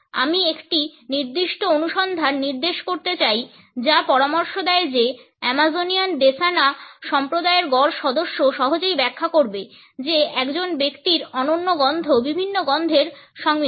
আমি একটি নির্দিষ্ট অনুসন্ধান নির্দেশ করতে চাই যা পরামর্শ দেয় যে Amazonian Desana সম্প্রদায়ের গড় সদস্য সহজেই ব্যাখ্যা করবে যে একজন ব্যক্তির অনন্য গন্ধ বিভিন্ন গন্ধের সংমিশ্রণ